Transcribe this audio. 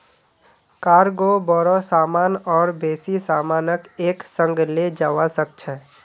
cargo बोरो सामान और बेसी सामानक एक संग ले जव्वा सक छ